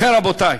לכן, רבותי,